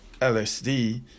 LSD